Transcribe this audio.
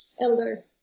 elder